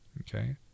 okay